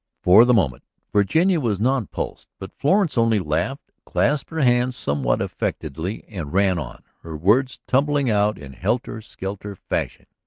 for the moment virginia was nonplussed. but florence only laughed, clasped her hands somewhat affectedly and ran on, her words tumbling out in helter-skelter fashion.